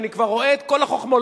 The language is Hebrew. אני כבר רואה את כל החוכמולוגיה.